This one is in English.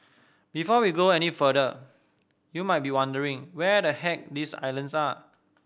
before we go on any further you might be wondering where the heck these islands are